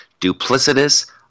Duplicitous